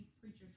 preachers